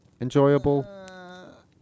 Enjoyable